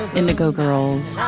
indigo girls